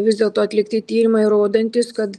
vis dėlto atlikti tyrimai rodantys kad